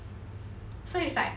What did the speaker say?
so it's like